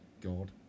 God